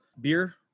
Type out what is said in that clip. beer